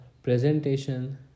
Presentation